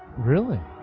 really